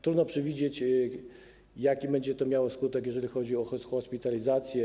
Trudno przewidzieć, jaki będzie to miało skutek, jeżeli chodzi o hospitalizację.